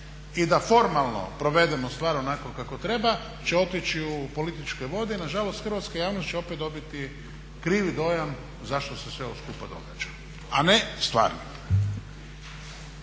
i da formalno provedemo stvar onako kako treba će otići u političke vode i nažalost hrvatska javnost će opet dobiti krivi dojam zašto se sve ovo skupa događa, a ne …/Govornik